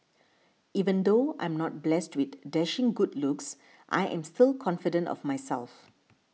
even though I'm not blessed with dashing good looks I am still confident of myself